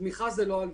תמיכה זאת לא הלוואה.